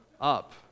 up